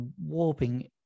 warping